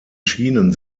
schienen